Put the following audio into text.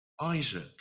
Isaac